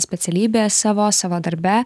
specialybėje savo savo darbe